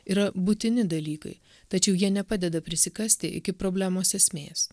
yra būtini dalykai tačiau jie nepadeda prisikasti iki problemos esmės